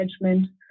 management